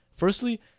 Firstly